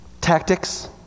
tactics